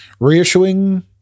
reissuing